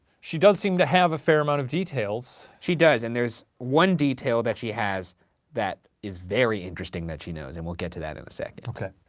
she does seem to have a fair amount of details. she does, and there's one detail that she has that is very interesting that she knows, and we'll get to that in a second. okay.